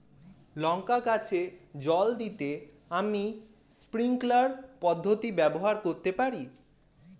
লঙ্কা গাছে জল দিতে আমি স্প্রিংকলার পদ্ধতি ব্যবহার করতে পারি?